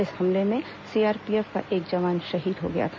इस हमले में सीआरपीएफ का एक जवान शहीद हो गया था